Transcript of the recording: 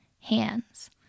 hands